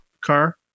car